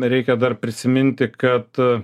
reikia dar prisiminti kad